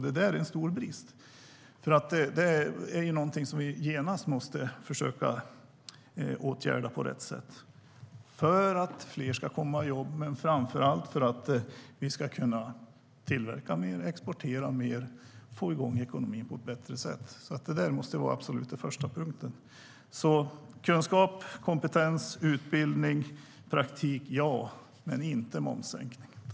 Det är en stor brist. Och vi måste genast försöka åtgärda det på rätt sätt, för att fler ska komma i jobb men framför allt för att vi ska kunna tillverka mer, exportera mer och få i gång ekonomin på ett bättre sätt. Det måste vara den absolut första punkten.